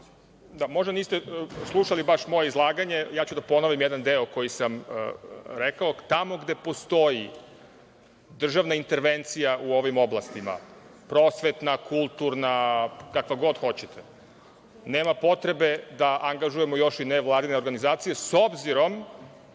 možda niste slušali baš moje izlaganje, ponoviću jedan deo koji sam rekao. Tamo gde postoji državna intervencija u ovim oblastima prosvetna, kulturna, kakva god hoćete, nema potrebe da angažujemo još i nevladine organizacije, s obzirom